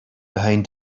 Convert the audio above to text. behind